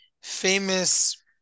famous